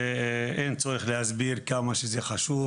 אין צורך להסביר כמה שזה חשוב,